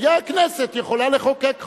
היתה הכנסת יכולה לחוקק חוק.